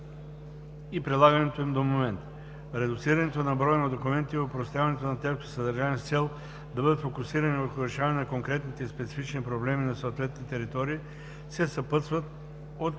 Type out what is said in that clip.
и прилагането им до момента. Редуцирането на броя на документите и опростяването на тяхното съдържание с цел да бъдат фокусирани върху решаване на конкретните и специфични проблеми на съответните територии се съпътстват от